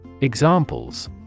Examples